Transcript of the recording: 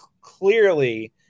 clearly